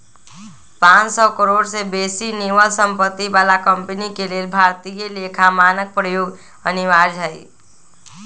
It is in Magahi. पांन सौ करोड़ से बेशी निवल सम्पत्ति बला कंपनी के लेल भारतीय लेखा मानक प्रयोग अनिवार्य हइ